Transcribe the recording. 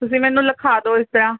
ਤੁਸੀਂ ਮੈਨੂੰ ਲਿਖਾ ਦਿਓ ਇਸ ਤਰ੍ਹਾਂ